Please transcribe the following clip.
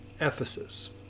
Ephesus